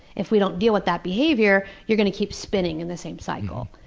if we don't deal with that behavior, you're going to keep spinning in the same cycle.